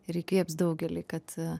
ir įkvėps daugelį kad